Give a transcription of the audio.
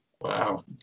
Wow